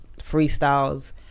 freestyles